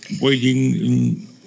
Waiting